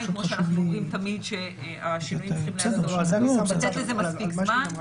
כמו שאנחנו אומרים תמיד שהשינויים צריכים --- לתת לזה מספיק זמן.